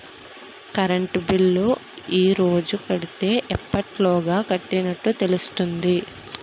Current bill ఈ రోజు కడితే ఎప్పటిలోగా కట్టినట్టు తెలుస్తుంది?